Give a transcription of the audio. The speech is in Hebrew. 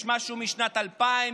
יש משהו משנת 2000,